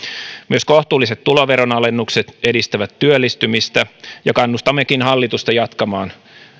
myös kohtuulliset tuloveronalennukset edistävät työllistymistä ja kannustammekin hallitusta jatkamaan